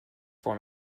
for